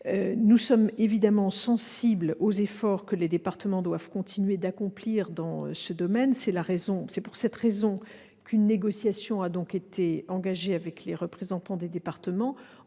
Nous sommes évidemment sensibles aux efforts que les départements doivent continuer d'accomplir dans ce domaine. C'est pour cette raison qu'une négociation a été engagée avec les représentants des départements,